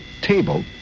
table